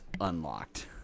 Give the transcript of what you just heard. unlocked